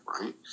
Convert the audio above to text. right